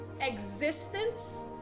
existence